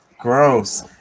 Gross